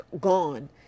gone